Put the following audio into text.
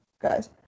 guys